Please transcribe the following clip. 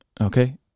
Okay